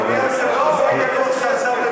אדוני היושב-ראש, אני לא בטוח שהשר לוין